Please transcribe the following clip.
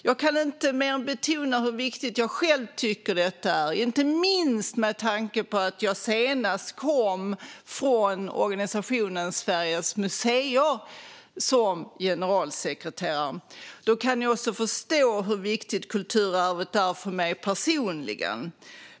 Jag kan inte nog betona hur viktigt jag själv tycker att det är, inte minst med tanke på mitt tidigare uppdrag som generalsekreterare för Sveriges Museer. Då kan ni säkert förstå hur viktigt kulturarvet är för mig personligen.